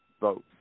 vote